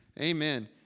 Amen